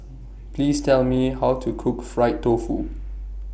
Please Tell Me How to Cook Fried Tofu